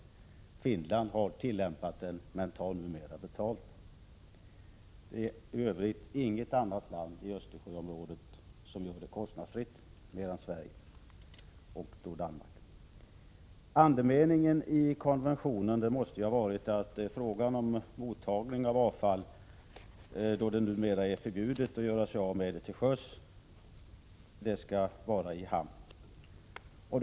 Finland har tillämpat den men tar numera betalt. I övrigt är det inget annat land i Östersjöområdet som tar emot avfall kostnadsfritt. Andemeningen i konventionen måste ha varit att mottagningen av avfall skall ske i hamn, då det numera är förbjudet att göra sig av med avfallet till sjöss.